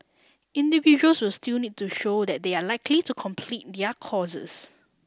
individuals will still need to show that they are likely to complete their courses